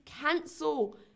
cancel